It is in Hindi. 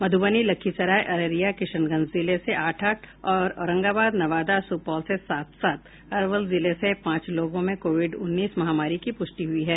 मधुबनी लखीसराय अररिया और किशनगंज जिले से आठ आठ औरंगाबाद नवादा और सुपौल से सात सात अरवल जिले से पांच लोगों में कोविड उन्नीस महामारी की पुष्टि हुई है